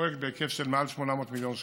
פרויקט בהיקף של מעל 800 מיליון שקלים.